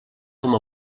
com